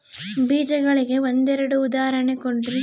ಬೇಜಗಳಿಗೆ ಒಂದೆರಡು ಉದಾಹರಣೆ ಕೊಡ್ರಿ?